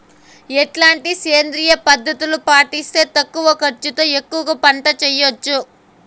ఎట్లాంటి సేంద్రియ పద్ధతులు పాటిస్తే తక్కువ ఖర్చు తో ఎక్కువగా పంట చేయొచ్చు?